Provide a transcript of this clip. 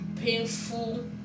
painful